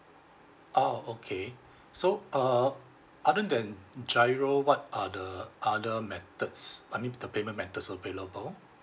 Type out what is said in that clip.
oh okay so uh other than GIRO what are the other methods I mean the payment methods available